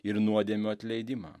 ir nuodėmių atleidimą